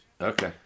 Okay